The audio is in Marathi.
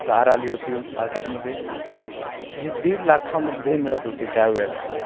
कार आली होती मार्केटमध्ये जी दीड लाखामध्ये मिळत होती त्यावेळेला